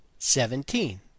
Seventeen